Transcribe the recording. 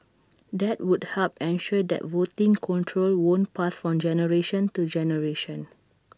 that would help ensure that voting control won't pass from generation to generation